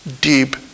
deep